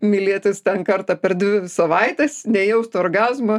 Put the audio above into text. mylėtis ten kartą per dvi savaites nejausti orgazmo